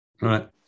right